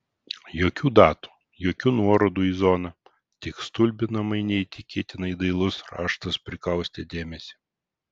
jokių datų jokių nuorodų į zoną tik stulbinamai neįtikėtinai dailus raštas prikaustė dėmesį